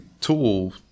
tool